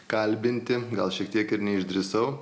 kalbinti gal šiek tiek ir neišdrįsau